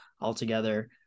altogether